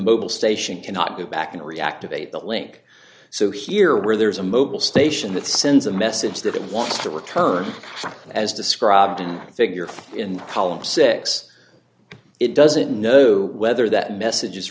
mobile station cannot get back to reactivate the link so here where there is a mobil station that sends a message that it wants to return as described in figure in the column six it doesn't know whether that message